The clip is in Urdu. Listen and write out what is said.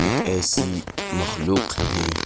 ایک ایسی مخلوق ہیں